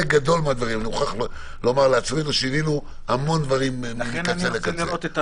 מה שאנחנו חשבנו זה להכניס בסוף אם אפשר אחרי זה לטייב את הניסוח